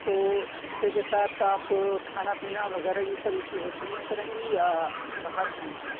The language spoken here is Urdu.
تو اسٹے کے ساتھ آپ کھانا پینا وغیرہ بھی سب اِسی ہوٹل میں کریں گی یا باہر کھائیں گی